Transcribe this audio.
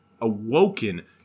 awoken